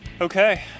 Okay